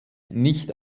nicht